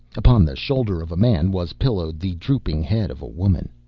upon the shoulder of a man was pillowed the drooping head of a woman.